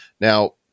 Now